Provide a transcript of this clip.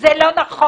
זה לא נכון.